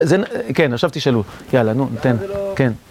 כן, עכשיו תשאלו, יאללה, נו, נותן, כן.